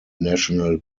national